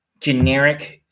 generic